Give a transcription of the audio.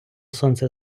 сонце